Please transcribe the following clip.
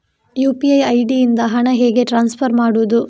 UPI ID ಇಂದ ಹಣ ಹೇಗೆ ಟ್ರಾನ್ಸ್ಫರ್ ಮಾಡುದು?